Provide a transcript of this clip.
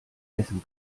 essen